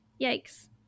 yikes